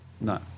No